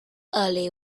early